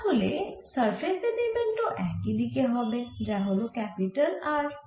তাহলে surface element ও একই দিকে হবে যা হল ক্যাপিটাল R